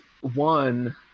one